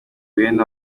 bene